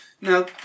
Now